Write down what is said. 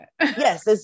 Yes